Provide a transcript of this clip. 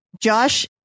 Josh